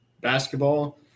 basketball